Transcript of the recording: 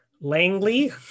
Langley